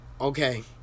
Okay